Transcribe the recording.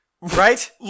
Right